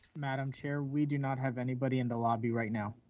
madam chair. we do not have anybody in the lobby right now.